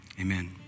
Amen